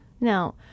Now